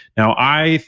now i,